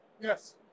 Yes